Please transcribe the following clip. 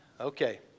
Okay